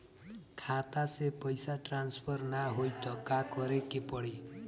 खाता से पैसा टॉसफर ना होई त का करे के पड़ी?